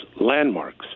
landmarks